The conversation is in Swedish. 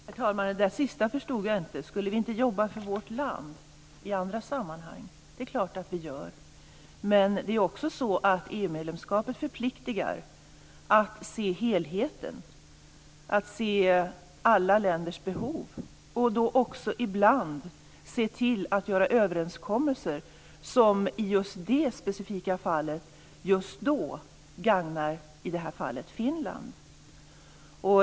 Herr talman! Det där sista förstod jag inte. Skulle vi inte jobba för vårt land i andra sammanhang? Det är klart att vi gör! Men det är också så att EU-medlemskapet förpliktigar. Det gäller att se helheten - att se alla länders behov. Då måste man också ibland se till att göra överenskommelser som i just det specifika fallet, just då, gagnar - i det här fallet - Finland.